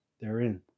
therein